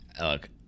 Look